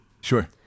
Sure